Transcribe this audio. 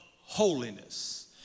holiness